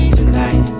Tonight